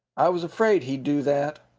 i was afraid he'd do that.